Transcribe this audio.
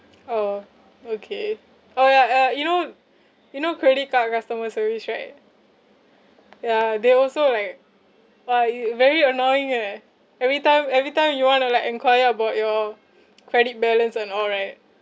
oh okay oh ya uh you know you know credit card customer service right ya they also like !wah! i~ very annoying eh every time every time you want to like enquire about your credit balance and all right